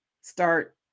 start